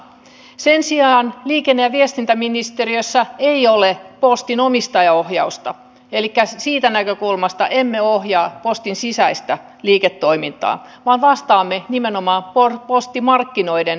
sen sijaan liikenne ja viestintäministeriössä ei ole postin omistajaohjausta elikkä siitä näkökulmasta emme ohjaa postin sisäistä liiketoimintaa vaan vastaamme nimenomaan postimarkkinoiden toimivuudesta